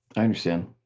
i understand.